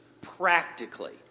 practically